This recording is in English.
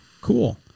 Cool